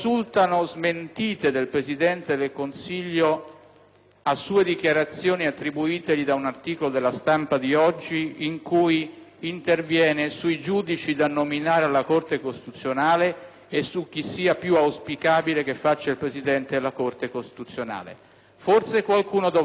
a sue dichiarazioni attribuitegli da un articolo del quotidiano "LaStampa" di oggi in cui interviene sui giudici da nominare alla Corte costituzionale e su chi sia più auspicabile che svolga la funzione di presidente della Corte stessa. Forse qualcuno dovrebbe ricordargli che questi poteri non sono nella sua disponibilità.